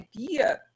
idea